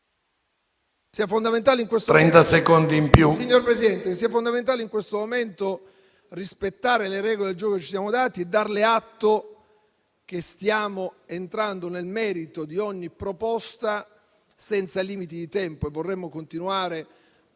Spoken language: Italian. sia fondamentale in questo momento rispettare le regole del gioco che ci siamo dati e darle atto che stiamo entrando nel merito di ogni proposta senza limiti di tempo. Vorremmo continuare